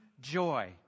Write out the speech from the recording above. joy